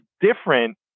different